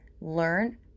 learn